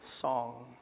song